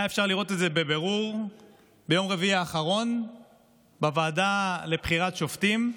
היה אפשר לראות את זה בבירור ביום רביעי האחרון בוועדה לבחירת השופטים.